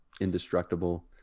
indestructible